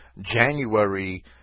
January